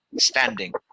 standing